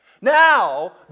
Now